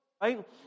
right